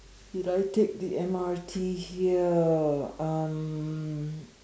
did I take the M_R_T here um